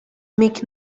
make